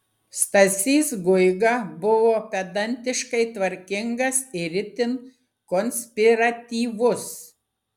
stasys guiga buvo pedantiškai tvarkingas ir itin konspiratyvus